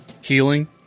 healing